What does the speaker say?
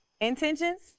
Intentions